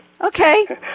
Okay